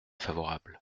favorable